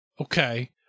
Okay